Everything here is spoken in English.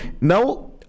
now